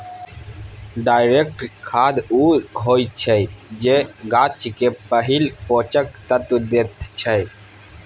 direct खाद उ होइ छै जे गाछ केँ पहिल पोषक तत्व दैत छै